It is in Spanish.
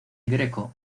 greco